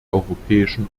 europäischen